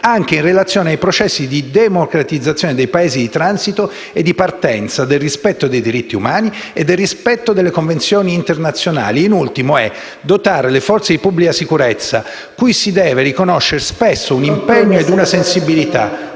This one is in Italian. anche in relazione ai processi di democratizzazione dei Paesi di transito e di partenza, del rispetto dei diritti umani e del rispetto delle convenzioni internazionali; dotare le forze di pubblica sicurezza, cui si deve spesso riconoscere un impegno e una sensibilità